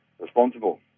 responsible